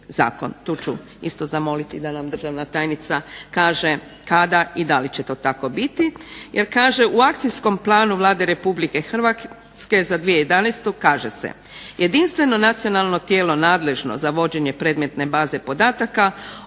Tu ću isto zamoliti da nam državna tajnica kaže kada i da li će to tako biti